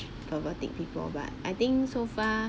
pervertic people but I think so far